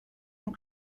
and